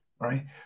right